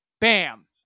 Bam